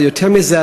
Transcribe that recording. אבל יותר מזה,